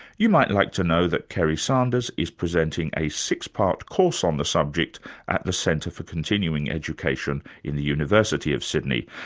you might like to know that kerry sanders is presenting presenting a six-part course on the subject at the centre for continuing education in the university of sydney.